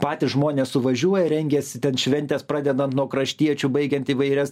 patys žmonės suvažiuoja rengias ten šventes pradedan nuo kraštiečių baigiant įvairias